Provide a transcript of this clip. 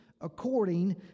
according